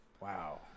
Wow